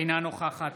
אינה נוכחת